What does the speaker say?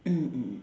mm mm